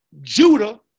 Judah